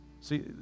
See